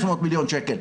500 מיליון שקל,